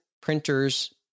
printers